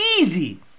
easy